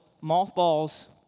mothballs